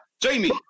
Jamie